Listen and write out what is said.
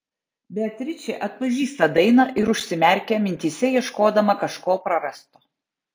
beatričė atpažįsta dainą ir užsimerkia mintyse ieškodama kažko prarasto